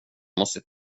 måste